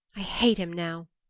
i hate him now,